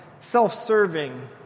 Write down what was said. self-serving